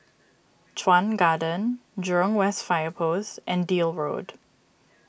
Chuan Garden Jurong West Fire Post and Deal Road